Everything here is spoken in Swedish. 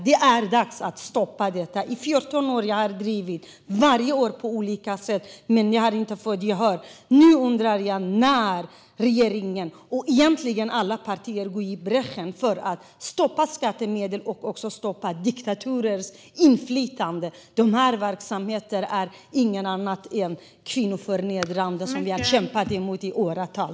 Det är dags att stoppa detta. I 14 år har jag på olika sätt drivit detta. Men jag har inte fått gehör för det. Nu undrar jag när regeringen, och egentligen alla partier, kommer att gå i bräschen för att stoppa skattemedel som går till detta och också stoppa diktaturers inflytande. Dessa verksamheter är ingenting annat än kvinnoförnedring som jag har kämpat mot i åratal.